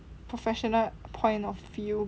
professional point of view because